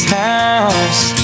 house